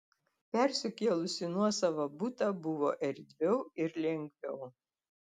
persikėlus į nuosavą butą buvo erdviau ir lengviau